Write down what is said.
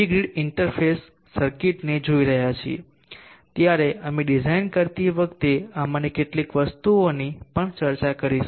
grid interface સર્કિટ્સને જોઈ રહ્યા હોઇએ ત્યારે અમે ડિઝાઇન કરતી વખતે આમાંની કેટલીક વસ્તુઓની પણ ચર્ચા કરીશું